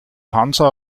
hansa